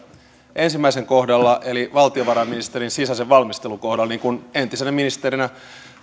ensimmäisen kohdalla eli valtiovarainministeriön sisäisen valmistelun kohdalla niin kuin entisenä ministerinä